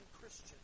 Christian